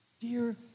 Dear